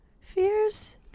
fears